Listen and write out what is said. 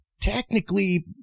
technically